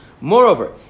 Moreover